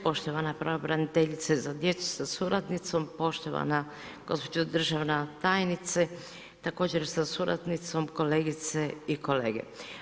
Poštovana pravobraniteljice za djecu sa suradnicom, poštovana gospođo državna tajnice također sa suradnicom, kolegice i kolege.